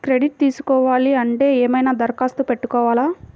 Credit తీసుకోవాలి అంటే ఏమైనా దరఖాస్తు పెట్టుకోవాలా?